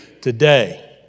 today